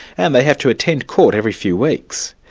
and they have to attend court every few weeks.